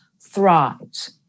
thrives